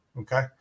Okay